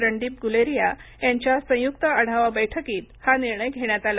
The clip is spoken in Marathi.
रणदीप गुलेरिया यांच्या संयुक्त आढावा बैठकीत हा निर्णय घेण्यात आला